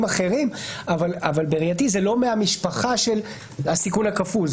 אחרים אבל בראייתי זה לא מהמשפחה של הסיכון הכפול.